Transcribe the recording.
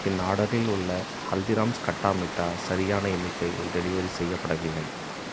என் ஆர்டரில் உள்ள ஹல்திராம்ஸ் கட்டா மிட்டா சரியான எண்ணிக்கையில் டெலிவரி செய்யப்படவில்லை